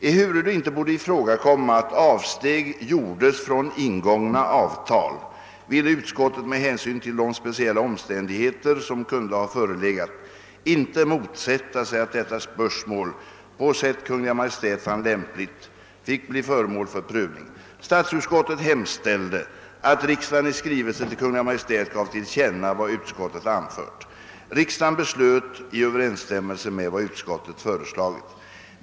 Ehuru det inte borde ifrågakomma att avsteg gjordes från ingångna avtal ville utskottet med hänsyn till de speciella omständigheter, som kunde ha förelegat, inte motsätta sig att detta spörsmål, på sätt Kungl. Maj:t fann lämpligt, fick bli föremål för prövning. Statsutskottet hemställde att riksdagen i skrivelse till Kungl. Maj:t gav till känna vad utskottet anfört.